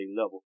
level